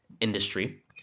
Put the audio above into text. industry